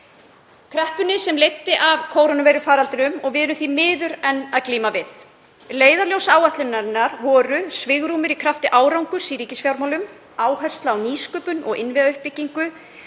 kreppunni sem leiddi af kórónuveirufaraldrinum og sem við erum því miður enn að glíma við. Leiðarljós áætlunarinnar voru svigrúm í krafti árangurs í ríkisfjármálum, áhersla á nýsköpun og innviðauppbyggingu